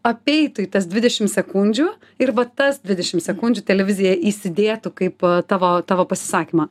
apeitų į tas dvidešim sekundžių ir va tas dvidešim sekundžių televizija įsidėtų kaip tavo tavo pasisakymą